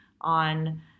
on